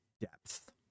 depth